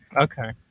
Okay